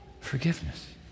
Forgiveness